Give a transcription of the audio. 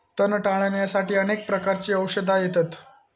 तण टाळ्याण्यासाठी अनेक प्रकारची औषधा येतत